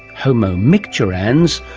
homo micturans,